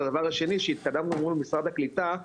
הדבר השני שהתקדמנו מול משרד הקליטה,